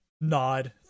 nod